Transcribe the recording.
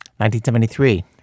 1973